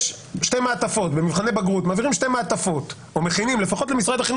במבחני בגרות למשל,